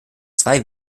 zwei